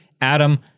Adam